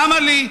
למה לי?